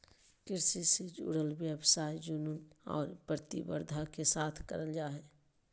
कृषि से जुडल व्यवसाय जुनून और प्रतिबद्धता के साथ कयल जा हइ